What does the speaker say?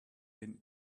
been